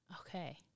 Okay